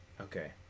Okay